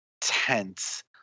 tense